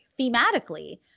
thematically